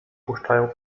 puszczają